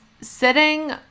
sitting